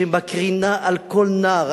שמקרינה על כל נער,